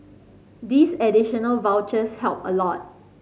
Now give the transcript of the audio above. these additional vouchers help a lot